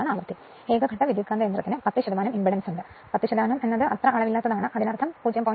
single phase ട്രാൻസ്ഫോർമറിന് 10 impedance ഉണ്ട് 10 എന്നാൽ ഇത് അളവില്ലാത്തതാണ് അതിനർത്ഥം 0